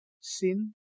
sin